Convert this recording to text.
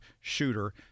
shooter